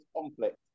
conflict